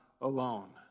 alone